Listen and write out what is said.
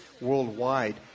worldwide